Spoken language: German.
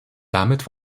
damit